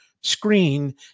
screen